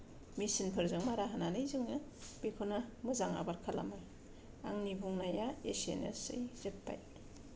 machine फोरजों मारा होनानै जोङो बेखौनो मोजां आबाद खालामो आंनि बुंनाया एसेनोसै जोब्बाय